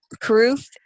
Proof